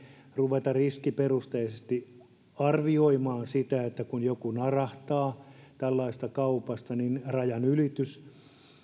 ruveta riskiperusteisesti arvioimaan sitä että kun joku narahtaa tällaisesta kaupasta niin rajanylitys ja